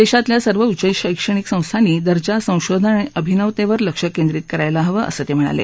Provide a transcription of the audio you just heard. देशातल्या सर्व उच्च शैक्षणिक संस्थांनी दर्जा संशोधन आणि अभिनवतेवर लक्ष केंद्रित करायला हवं असं ते म्हणाले